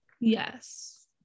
Yes